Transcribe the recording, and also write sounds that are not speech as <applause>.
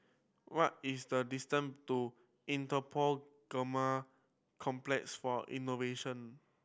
what is the distance to Interpol <unintelligible> Complex for Innovation